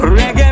Reggae